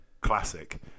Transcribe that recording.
classic